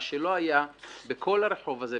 מה שלא היה בכל הרחוב הזה,